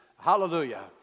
hallelujah